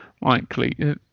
likely